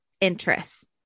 interests